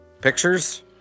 Pictures